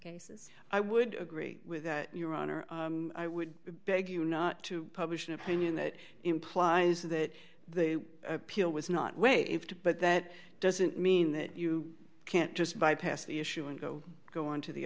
cases i would agree with your honor i would beg you not to publish an opinion that implies that the appeal was not waived but that doesn't mean that you can't just bypass the issue and go go on to the